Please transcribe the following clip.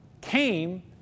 came